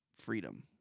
freedom